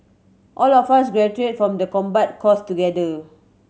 all of us graduate from the combat course together